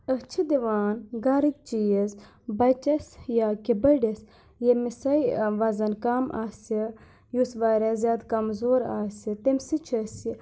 أسۍ چھِ دِوان گَرٕک چیٖز بَچَس یا کہِ بٔڑِس ییٚمِسے وَزَن کَم آسہِ یُس واریاہ زیادٕ کَمزور آسہِ تمہِ سۭتۍ چھِ أسۍ یہِ